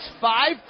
five